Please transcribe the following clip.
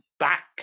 back